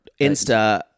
Insta